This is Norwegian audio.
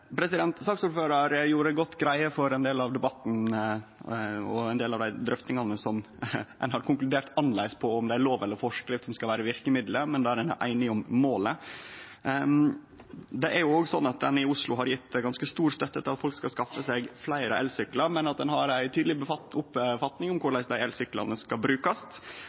gjorde godt greie for ein del av debatten og ein del av dei drøftingane der ein har konkludert ulikt på om det er lov eller forskrift som skal vere verkemiddelet, men der ein er einige om målet. Det er òg sånn at ein i Oslo har gjeve ganske stor støtte til at folk skal skaffe seg fleire elsyklar, men at ein har ei tydeleg oppfatning om korleis dei elsyklane skal brukast.